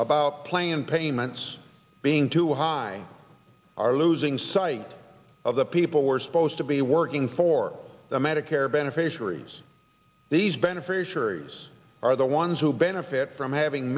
about playing payments being too high are losing sight of the people who are supposed to be working for the medicare beneficiaries these beneficiaries are the ones who benefit from having